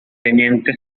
teniente